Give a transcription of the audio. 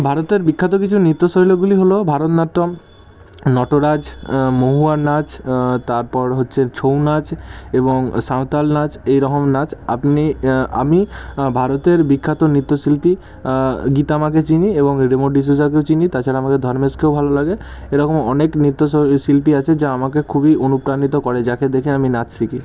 ভারতের বিখ্যাত কিছু নৃত্যশৈলীগুলি হল ভরতনাট্যম নটরাজ মহুয়ার নাচ তারপর হচ্ছে ছৌ নাচ এবং সাঁওতাল নাচ এই রকম নাচ আপনি আমি ভারতের বিখ্যাত নৃত্যশিল্পী গীতা মাকে চিনি এবং রেমো ডিসুজাকেও চিনি তাছাড়া আমার ধর্মেশকেও ভালো লাগে এরকম অনেক নৃত্য শিল্পী আছে আমাকে খুবই অনুপ্রাণিত করে যাকে দেখে আমি নাচ শিখি